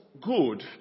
good